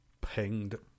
pinged